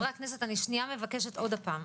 חברי הכנסת, אני מבקשת עוד פעם.